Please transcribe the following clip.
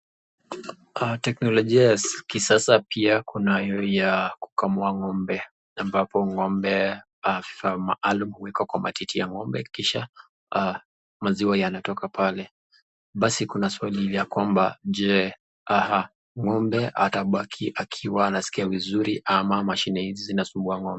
Teknolojia ya kisasa Kuna hayo ya kukamua ngombe ambapo ngombe uwekwa kifaa maalum kisha aah maziwa yanatoka pale basi maswali je ngombe atasikia vizuri? Ama ngombe atasikia ameumia.